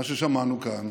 מה ששמענו כאן,